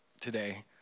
today